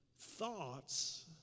thoughts